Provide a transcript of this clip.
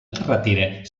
carretera